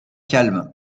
calme